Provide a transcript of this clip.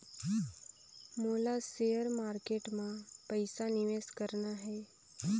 मोला share market मां पइसा निवेश करना हे?